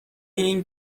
این